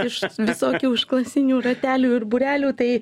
iš visokių užklasinių ratelių ir būrelių tai